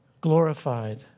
glorified